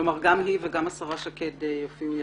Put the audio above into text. כלומר, גם היא וגם השרה שקד יופיעו יחדיו?